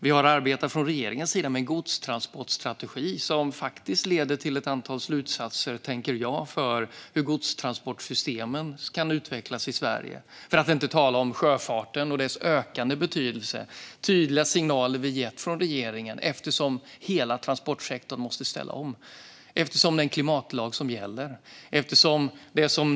Vi har från regeringens sida arbetat med en godstransportstrategi, som faktiskt leder till ett antal slutsatser för hur godstransportsystemen kan utvecklas i Sverige. För att inte tala om sjöfartens ökande betydelse. Regeringen har gett tydliga signaler eftersom hela transportsektorn måste ställa om. Det finns en gällande klimatlag.